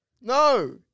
No